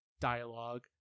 dialogue